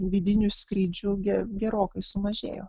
vidinių skrydžių ge gerokai sumažėjo